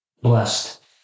blessed